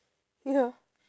ya